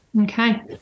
Okay